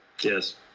Yes